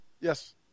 Yes